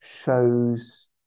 shows